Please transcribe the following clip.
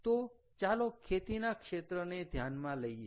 તો ચાલો ખેતીના ક્ષેત્રને ધ્યાનમાં લઈએ